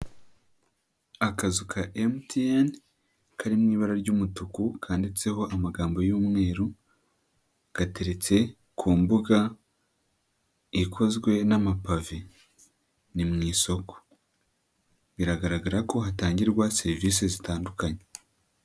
Akazu ka MTN kari mu ibara ry'umutuku kanditseho amagambo y'umweru gateretse ku mbuga ikozwe n'amapave, ni mu isoko biragaragara ko hatangirwa serivise zitandukanye.